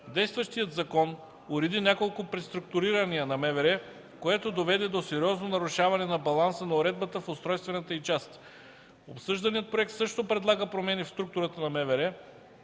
действащият закон уреди няколко преструктурирания на МВР, което доведе до сериозно нарушаване на баланса на уредбата в устройствената й част. Обсъжданият проект също предлага промени в структурата на МВР,